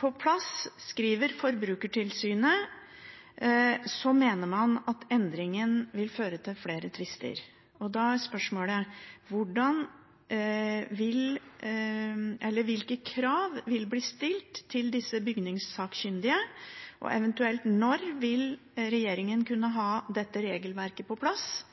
på plass, skriver Forbrukertilsynet, mener man at endringen vil føre til flere tvister. Da er spørsmålet: Hvilke krav vil bli stilt til disse bygningssakkyndige, og eventuelt når vil regjeringen kunne ha dette regelverket på plass?